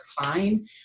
fine